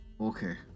Okay